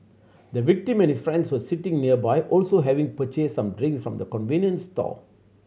the victim and his friend's were sitting nearby also having purchased some drink from the convenience store